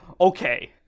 Okay